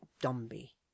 Dombey